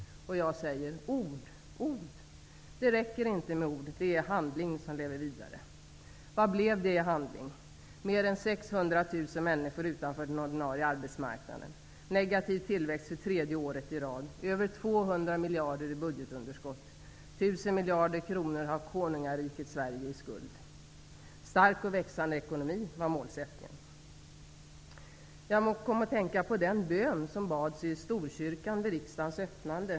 Jag säger: Ord, ord -- det räcker inte med ord. Det är handling som lever vidare. Vad blev det i handling? Mer än 600 000 människor står utanför den ordinarie arbetsmarknaden, negativ tillväxt för tredje året i rad, över 200 miljarder kronor i budgetunderskott, 1 000 miljarder kronor har konungariket Sverige i skuld. Stark och växande ekonomi var målsättningen! Jag kom att tänka på den bön som bads i Storkyrkan vid riksdagens öppnande.